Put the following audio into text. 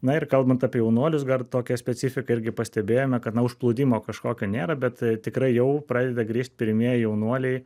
na ir kalbant apie jaunuolius dar tokia specifiką irgi pastebėjome kad na užplūdimo kažkokio nėra bet tikrai jau pradeda grįžt pirmieji jaunuoliai